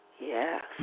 Yes